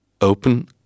Open